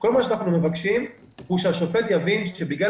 כל מה שאנחנו מבקשים הוא שהשופט יבין שבגלל